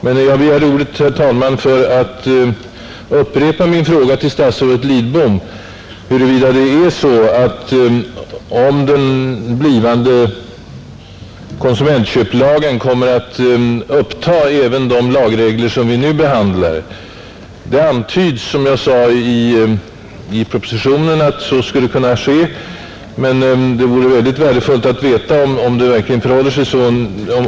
Men jag begärde ordet, herr talman, för att upprepa min fråga till statsrådet Lidbom huruvida den blivande konsumentköplagen kommer att uppta även de lagregler som vi nu behandlar, Det antyds i propositionen att så skulle kunna ske, men det vore värdefullt att få veta hur det verkligen förhåller sig.